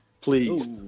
Please